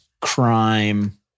crime